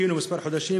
וחיכינו כמה חודשים.